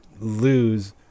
lose